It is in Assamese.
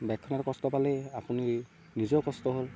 বাইকখনেতো কষ্ট পালেই আপুনি নিজেও কষ্ট হ'ল